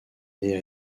née